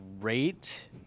great